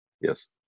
Yes